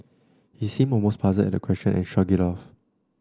he seemed almost puzzled at the question and shrugged it off